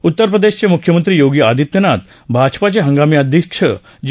उत्तरप्रदेशचे मुख्यमंत्री योगी आदित्यनाथ भाजपाचे हंगामी अध्यक्ष जे